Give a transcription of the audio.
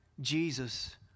Jesus